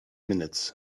minutes